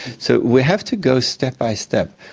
so we have to go step by step.